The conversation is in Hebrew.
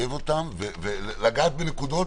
לטייב אותם ולגעת בנקודות,